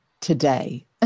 today